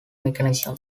mechanism